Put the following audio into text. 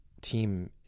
team